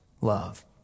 love